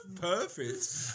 Perfect